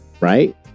right